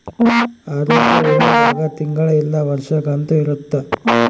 ಆರೋಗ್ಯ ವಿಮೆ ದಾಗ ತಿಂಗಳ ಇಲ್ಲ ವರ್ಷದ ಕಂತು ಇರುತ್ತ